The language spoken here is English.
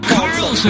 Carlson